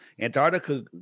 Antarctica